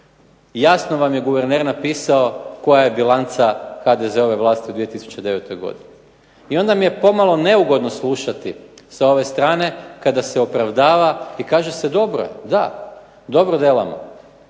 Jasno vam je guverner napisao koja je bilanca HDZ-ove vlasti u 2009. godini. I onda mi je pomalo neugodno slušati sa ove strane kada se opravdava i kaže se dobro je, da, dobro delamo.